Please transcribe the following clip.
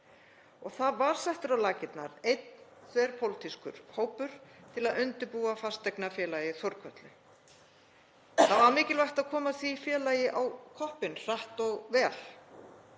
Það var settur á laggirnar einn þverpólitískur hópur til að undirbúa fasteignafélagið Þórkötlu. Það var mikilvægt að koma því félagi á koppinn hratt og vel